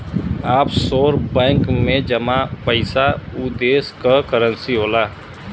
offshore bank में जमा पइसा उ देश क करेंसी होला